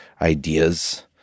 ideas